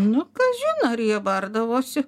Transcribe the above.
nu kas žino ar jie bardavosi